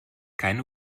keine